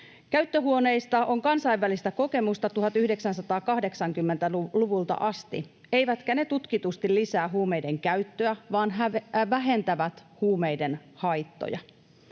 Käyttöhuoneista on kansainvälistä kokemusta 1980-luvulta asti, eivätkä ne tutkitusti lisää huumeiden käyttöä, vaan vähentävät huumeiden haittoja.